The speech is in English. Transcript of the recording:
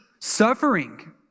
suffering